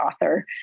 author